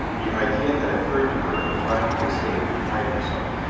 the idea had occurred to her of trying to escape and hide herself.